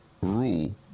rule